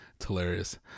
Hilarious